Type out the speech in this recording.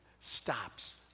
stops